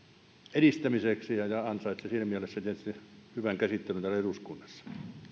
edistämiseksi ja ja ansaitsee siinä mielessä tietysti hyvän käsittelyn täällä eduskunnassa